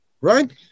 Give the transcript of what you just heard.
Right